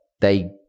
they-